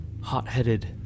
hot-headed